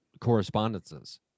correspondences